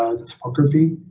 ah the topography.